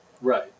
Right